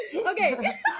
Okay